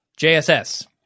JSS